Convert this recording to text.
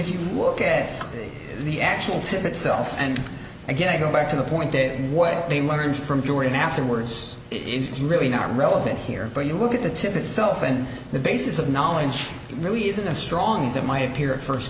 if you look at the actual tip itself and again go back to the point that what they learned from jordan afterwards is really not relevant here but you look at the tip itself and the basis of knowledge really isn't as strong as in my appear at first